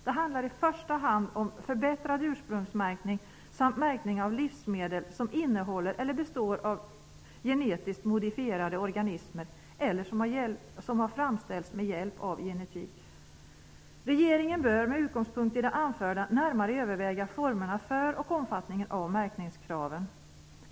Det handlar i första hand om förbättrad ursprungsmärkning samt märkning av livsmedel som innehåller eller består av genetiskt modifierade organismer, eller livsmedel som har framställts med hjälp av genetik. Regeringen bör, med utgångspunkt i det anförda, närmare överväga formerna för och omfattningen av märkningskraven.